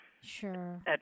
Sure